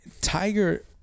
Tiger